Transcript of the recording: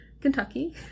Kentucky